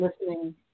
listening